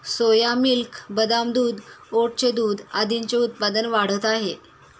सोया milk, बदाम दूध, ओटचे दूध आदींचे उत्पादन वाढत आहे